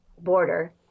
border